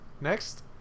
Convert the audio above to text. Next